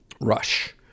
rush